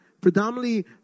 Predominantly